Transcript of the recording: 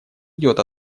идет